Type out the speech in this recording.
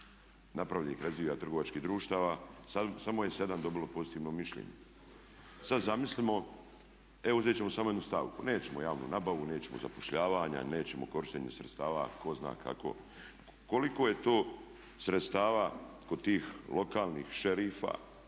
napravljenih revizija trgovačkih društava samo je 7 dobilo pozitivno mišljenje. Sada zamislimo, e uzeti ćemo samo jednu stavku, nećemo javnu nabavu, nećemo zapošljavanja, nećemo korištenja sredstava tko zna kako, koliko je to sredstava kod tih lokalnih šerifa